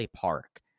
Park